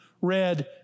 read